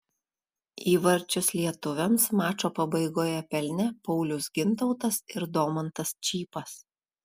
įvarčius lietuviams mačo pabaigoje pelnė paulius gintautas ir domantas čypas